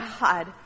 god